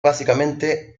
básicamente